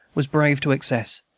was brave to excess,